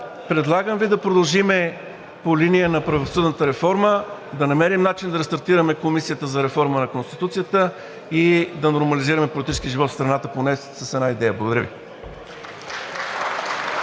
предлагам Ви да продължим по линия на правосъдната реформа, да намерим начин да рестартираме Комисията за реформа на Конституцията и да нормализираме политическия живот в страната поне с една идея. Благодаря Ви.